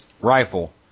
rifle